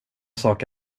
sak